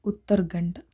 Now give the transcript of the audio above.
Uttarakhand